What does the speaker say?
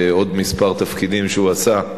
ועוד כמה תפקידים שהוא עשה,